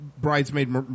bridesmaid